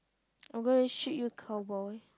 I'm going to shoot you cowboy